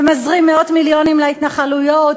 ומזרים מאות מיליונים להתנחלויות.